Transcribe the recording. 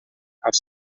als